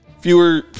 Fewer